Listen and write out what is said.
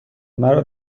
مرا